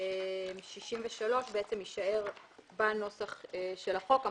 63 יישאר בנוסח של החוק.